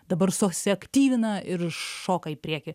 dabar susiaktyvina ir šoka į priekį